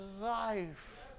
life